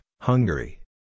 Hungary